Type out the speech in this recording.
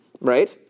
Right